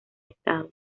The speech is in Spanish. estado